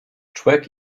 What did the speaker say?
człek